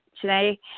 today